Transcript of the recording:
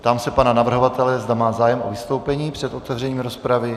Ptám se pana navrhovatele, zda má zájem o vystoupení před otevřením rozpravy.